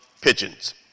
pigeons